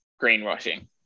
greenwashing